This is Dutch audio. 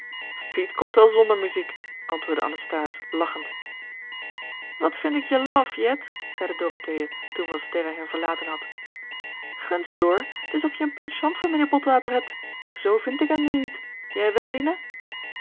piet komt wel zonder muziek antwoordde anasthase lachend wat vind ik je laf jet zeide dorothea toen van sterren hen verlaten had gunst door t is of je een penchant voor mijnheer botwater hebt z vind ik hem nu niet jij wel